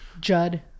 judd